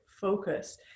focus